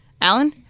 Alan